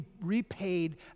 repaid